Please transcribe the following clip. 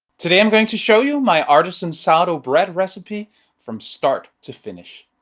today i'm going to show you my artisan sourdough bread recipe from start to finish.